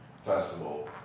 festival